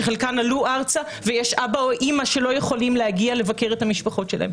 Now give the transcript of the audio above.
שחלקן עלו ארצה ויש אבא או אימא שלא יכולים להגיע לבקר את המשפחות שלהם.